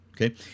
Okay